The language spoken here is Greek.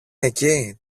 εκεί